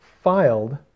filed